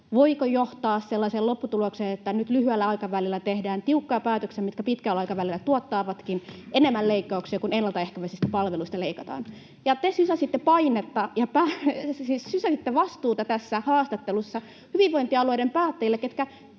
voiko johtaa sellaiseen lopputulokseen, että nyt lyhyellä aikavälillä tehdään tiukkoja päätöksiä, mitkä pitkällä aikavälillä tuottavatkin enemmän leikkauksia kuin ennaltaehkäisevistä palveluista leikataan. Te sysäsitte painetta, siis sysäsitte vastuuta, tässä haastattelussa hyvinvointialueiden päättäjille,